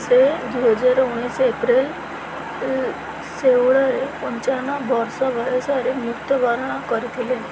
ସେ ଦୁଇ ହଜାର ଉଣେଇଶ ଏପ୍ରିଲ ଷୋହଳରେ ପଞ୍ଚାବନ ବର୍ଷ ବୟସରେ ମୃତ୍ୟୁବରଣ କରିଥିଲେ